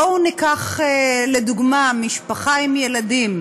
בואו ניקח לדוגמה משפחה עם ילדים.